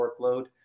workload